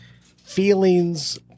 feelings